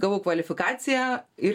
gavau kvalifikaciją ir